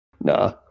Nah